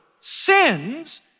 sins